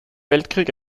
weltkrieg